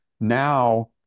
now